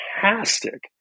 fantastic